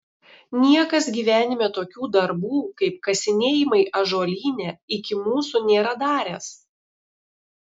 niekas gyvenime tokių darbų kaip kasinėjimai ąžuolyne iki mūsų nėra daręs